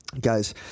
Guys